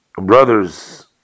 brothers